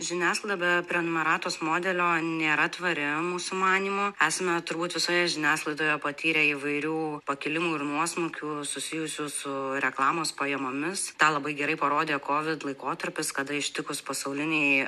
žiniasklaida prenumeratos modelio nėra tvari mūsų manymu esame turbūt visoje žiniasklaidoje patyrę įvairių pakilimų ir nuosmukių susijusių su reklamos pajamomis tą labai gerai parodė kovid laikotarpis kada ištikus pasaulinei